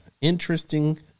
Interesting